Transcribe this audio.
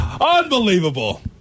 Unbelievable